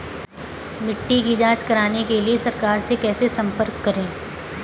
मिट्टी की जांच कराने के लिए सरकार से कैसे संपर्क करें?